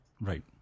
Right